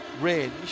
range